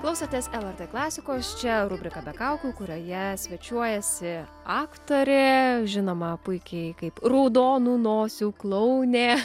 klausotės lrt klasikos čia rubrika be kaukių kurioje svečiuojasi aktorė žinoma puikiai kaip raudonų nosių klounė